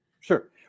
Sure